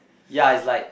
ya it's like